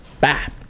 Bye